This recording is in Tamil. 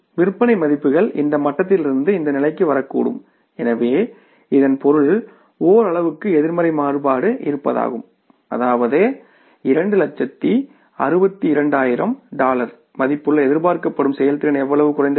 விற்பனை மதிப்புகள் இந்த மட்டத்திலிருந்து இந்த நிலைக்கு வரக்கூடும் எனவே இதன் பொருள் ஓரளவுக்கு எதிர்மறை மாறுபாடு இருப்பதாகவும் அதாவது 262000 டாலர் மதிப்புள்ள எதிர்பார்க்கப்படும் செயல்திறன் எவ்வளவு குறைந்துவிட்டது